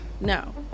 No